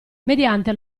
mediante